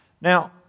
Now